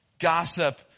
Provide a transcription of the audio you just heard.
gossip